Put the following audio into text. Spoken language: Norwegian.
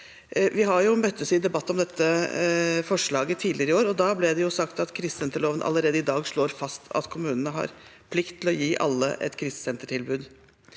Vi har møttes i debatt om dette forslaget tidligere i år, og da ble det sagt at krisesenterloven allerede i dag slår fast at kommunene har plikt til å gi alle et krisesentertilbud.